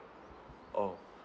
oh